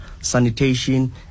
sanitation